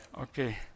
Okay